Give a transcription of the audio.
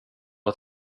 att